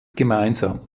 gemeinsam